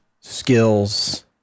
skills